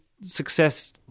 success